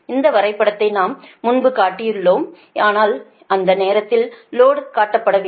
இந்த வரைபடத்தை நாம் முன்பு காட்டினோம் ஆனால் அந்த நேரத்தில் லோடு காட்டப்படவில்லை